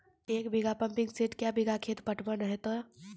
एक घंटा pumping set क्या बीघा खेत पटवन है तो?